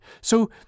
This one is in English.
so